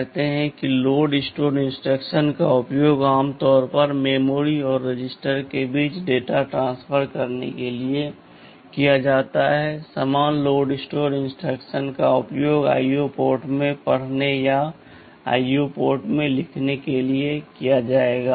कहते हैं कि लोड स्टोर इंस्ट्रक्शंस का उपयोग आमतौर पर मेमोरी और रजिस्टर के बीच डेटा ट्रांसफर करने के लिए किया जाता है समान लोड स्टोर इंस्ट्रक्शंस का उपयोग IO पोर्ट से पढ़ने या IO पोर्ट में लिखने के लिए किया जाएगा